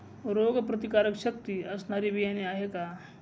रोगप्रतिकारशक्ती असणारी बियाणे आहे का?